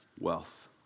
wealth